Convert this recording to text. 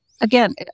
again